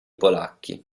polacchi